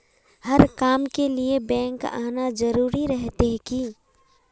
हर काम के लिए बैंक आना जरूरी रहते की?